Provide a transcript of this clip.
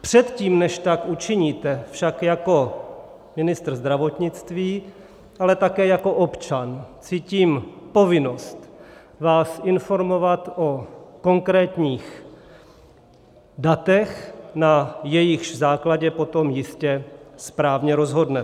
Předtím, než tak učiníte, však jako ministr zdravotnictví, ale také jako občan cítím povinnost vás informovat o konkrétních datech, na jejichž základě potom jistě správně rozhodnete.